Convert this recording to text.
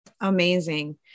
Amazing